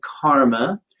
karma